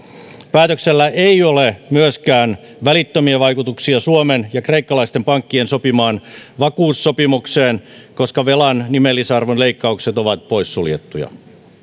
päätöksellä ei ole myöskään välittömiä vaikutuksia suomen ja kreikkalaisten pankkien sopimaan vakuussopimukseen koska velan nimellisarvon leikkaukset ovat poissuljettuja